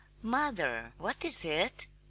mother, what is it?